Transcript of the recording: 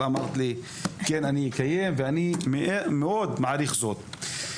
אמרת לי: כן, אני אקיים, ואני מאוד מעריך זאת.